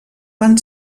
van